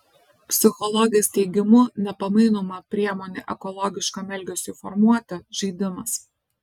psichologės teigimu nepamainoma priemonė ekologiškam elgesiui formuoti žaidimas